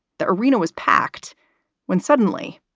the arena was packed when suddenly,